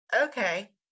okay